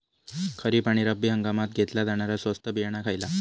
खरीप आणि रब्बी हंगामात घेतला जाणारा स्वस्त बियाणा खयला?